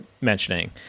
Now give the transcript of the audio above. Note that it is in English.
mentioning